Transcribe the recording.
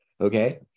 okay